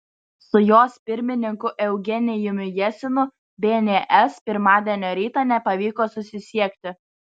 su jos pirmininku eugenijumi jesinu bns pirmadienio rytą nepavyko susisiekti